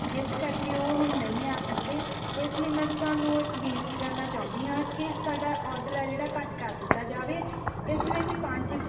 ਜਿਸ ਕਰਕੇ ਉਹ ਹੁਣ ਨਹੀਂ ਆ ਸਕਦੇ ਇਸ ਲਈ ਮੈਂ ਤੁਹਾਨੂੰ ਇੱਕ ਬੇਨਤੀ ਕਰਨਾ ਚਾਹੁੰਦੀ ਹਾਂ ਕਿ ਸਾਡਾ ਅੋਡਰ ਹੈ ਜਿਹੜਾ ਘੱਟ ਕਰ ਦਿੱਤਾ ਜਾਵੇ ਇਸ ਵਿੱਚ ਪੰਜ